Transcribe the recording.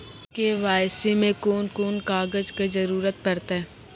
KYC मे कून कून कागजक जरूरत परतै?